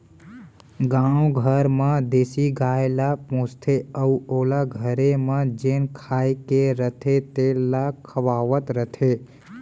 गाँव घर म देसी गाय ल पोसथें अउ ओला घरे म जेन खाए के रथे तेन ल खवावत रथें